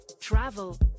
travel